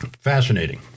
Fascinating